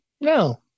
No